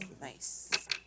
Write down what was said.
Nice